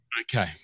Okay